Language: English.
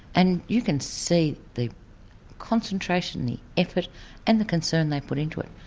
and you can see the concentration, the effort and the concern they put into it.